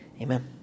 Amen